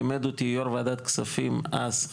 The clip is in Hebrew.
לימד אותי יו"ר ועדת כספים אז,